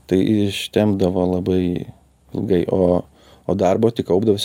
tai i ištempdavo labai ilgai o o darbo tik kaupdavosi